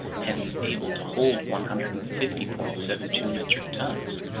hence able to hold one hundred and fifty point seven two metric tons,